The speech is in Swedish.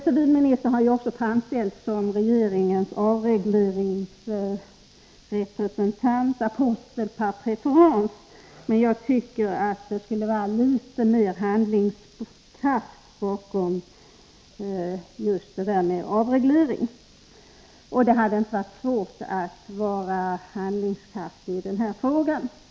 Civilministern har ju också framställts som regeringens avregleringsapostel par préférence, men jag tycker att det skulle vara litet mera handlingskraft bakom just detta med avreglering. Det hade inte varit svårt att vara handlingskraftig i denna fråga.